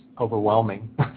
overwhelming